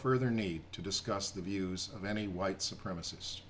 further need to discuss the views of any white supremacist